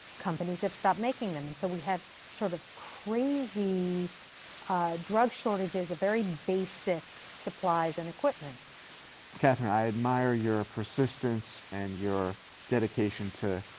companies have stopped making them. and so we have sort of crazy drug shortages, of very basic supplies and equipment. heffner katherine i admire your persistence and your dedication to